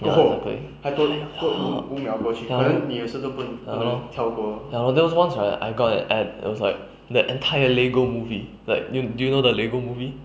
ya 对 ya lor ya lor ya lor ya lor then once right I got an ad it was like the entire lego movie like do do you know the lego movie